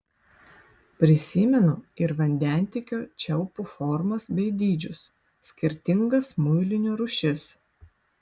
prisimenu ir vandentiekio čiaupų formas bei dydžius skirtingas muilinių rūšis